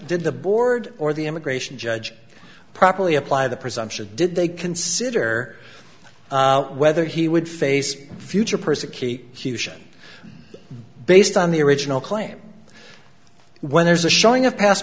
did the board or the immigration judge properly apply the presumption did they consider whether he would face future persecute houston based on the original claim when there's a showing of past